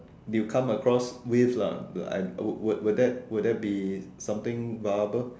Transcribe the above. you come across with lah like would would would that would that be something viable